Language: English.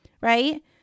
right